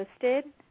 posted